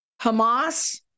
Hamas